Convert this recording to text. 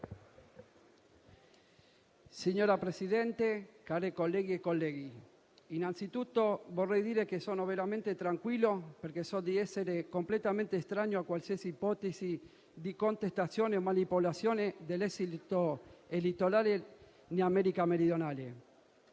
Signora Presidente, care colleghe e colleghi, innanzitutto vorrei dire che sono veramente tranquillo, perché so di essere completamente estraneo a qualsiasi ipotesi di contestazione o manipolazione dell'esito elettorale in America meridionale.